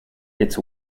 its